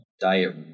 Diet